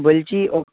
বলছি